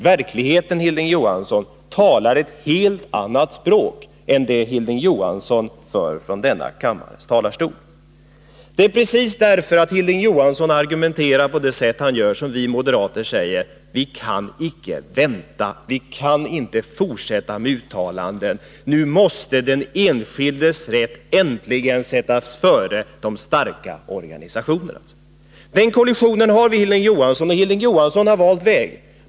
Verkligheten talar ett helt annat språk än det som Hilding Johansson för från denna talarstol. Det är precis därför att Hilding Johansson argumenterar på det sätt han gör som vi moderater säger att det inte går att vänta längre, att man inte får fortsätta med att bara göra uttalanden. Nu måste den enskildes rätt äntligen sättas före de starka organisationernas. I den här kollisionen har Hilding Johansson valt väg.